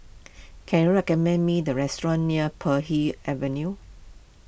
can you recommend me the restaurant near Puay Hee Avenue